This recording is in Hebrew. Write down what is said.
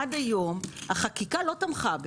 עד היום החקיקה לא תמכה בזה.